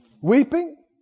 weeping